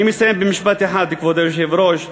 אני מסיים במשפט אחד, כבוד היושב-ראש.